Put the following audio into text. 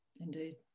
indeed